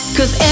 Cause